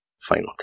Final